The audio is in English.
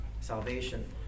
salvation